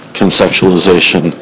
conceptualization